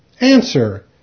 Answer